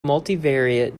multivariate